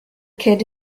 kid